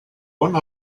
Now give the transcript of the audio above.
one